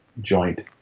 joint